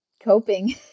Coping